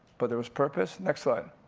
but there was purpose, next slide.